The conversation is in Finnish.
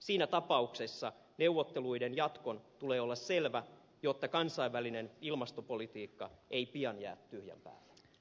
siinä tapauksessa neuvotteluiden jatkon tulee olla selvä jotta kansainvälinen ilmastopolitiikka ei pian jää tyhjän päälle